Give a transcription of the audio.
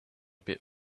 bit